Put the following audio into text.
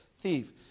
thief